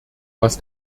was